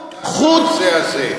ניהלת ועדה בנושא הזה.